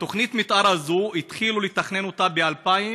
את תוכנית המתאר הזאת התחילו לתכנן ב-2000,